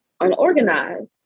unorganized